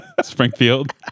Springfield